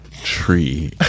Tree